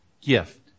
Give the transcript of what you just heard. gift